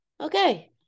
Okay